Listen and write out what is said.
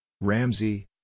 Ramsey